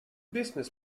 business